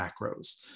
macros